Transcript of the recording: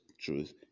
truth